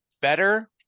better